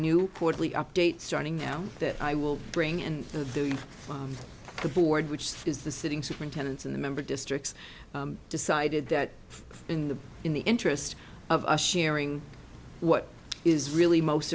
quarterly updates starting now that i will bring in to the board which is the sitting superintendents in the member districts decided that in the in the interest of sharing what is really most